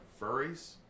Furries